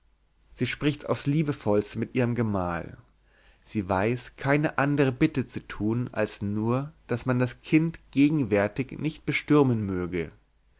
sie spricht aufs liebevollste mit ihrem gemahl sie weiß keine andere bitte zu tun als nur daß man das kind gegenwärtig nicht bestürmen möge